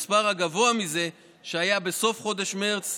מספר גבוה מזה שהיה בסוף חודש מרץ,